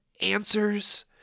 answers